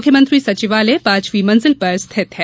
मुख्यमंत्री सचिवालय पाँचवी मंजिल पर स्थित है